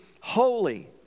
holy